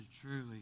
truly